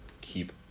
keep